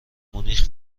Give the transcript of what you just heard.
مونیخ